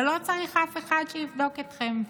ולא צריך אף אחד שיבדוק אתכם.